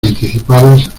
anticipadas